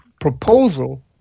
proposal